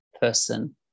person